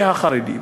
והחרדים.